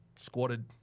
squatted